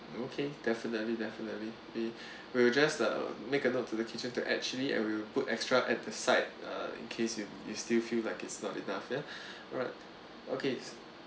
okay definitely definitely we will just uh make a note to the kitchen to add chilli I will put extra at the side uh in case you you still feel like it's not enough yeah alright okay